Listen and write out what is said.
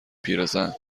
پیرزن